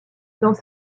dans